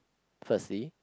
firstly